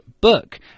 book